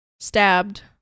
stabbed